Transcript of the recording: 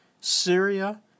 Syria